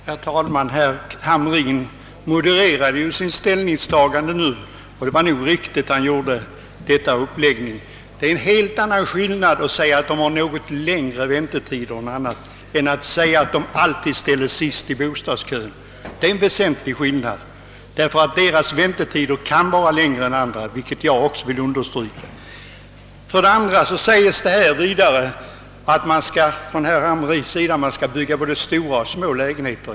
Herr talman! Herr Hamrin i Kalmar modererade ju sitt ställningstagande nu. Det var nog riktigt av honom att göra det. Det är en helt annan sak att säga att de ensamstående har en något längre väntetid än de andra än att säga att de alltid ställs sist i bostadskön. Det är en väsentlig skillnad. De ensamståendes väntetider kan vara längre än andras vilket jag också vill understryka. Vidare säger herr Hamrin att man skall bygga både stora och små lägen heter.